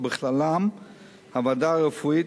ובכללן הוועדה הרפואית,